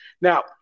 Now